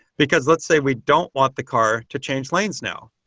because let's say we don't want the car to change lanes now.